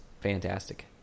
fantastic